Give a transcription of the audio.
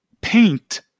paint